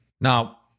Now